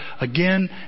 again